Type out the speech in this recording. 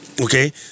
okay